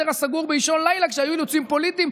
הסגור באישון לילה כשהיו אילוצים פוליטיים?